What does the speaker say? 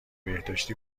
بهداشتی